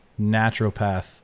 naturopath